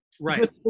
right